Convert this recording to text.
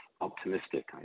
optimistic